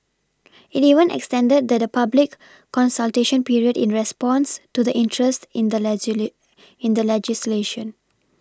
it even extended that the public consultation period in response to the interest in the in the legislation